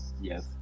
Yes